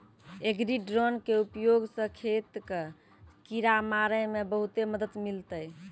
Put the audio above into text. agri drone के उपयोग स खेत कॅ किड़ा मारे मॅ बहुते मदद मिलतै